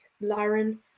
Laren